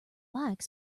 like